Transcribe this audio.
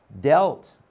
dealt